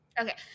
Okay